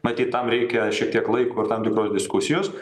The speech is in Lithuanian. matyt tam reikia šiek tiek laiko ir tam tikros diskusijos